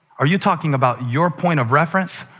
are you talking about your point of reference?